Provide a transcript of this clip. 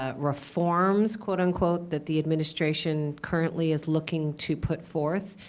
ah reforms, quote, unquote that the administration currently is looking to put forth,